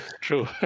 True